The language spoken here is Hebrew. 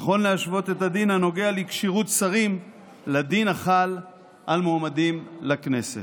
נכון להשוות את הדין הנוגע לכשירות שרים לדין החל על מועמדים לכנסת.